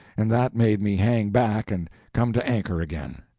and that made me hang back and come to anchor again.